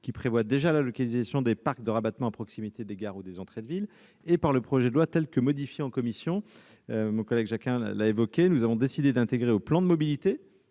qui prévoit la localisation des parcs de rabattement à proximité des gares ou des entrées de ville, et par le projet de loi tel que modifié en commission. En effet, comme M. Jacquin y a fait allusion, nous avons décidé d'intégrer au plan de mobilité